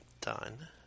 Done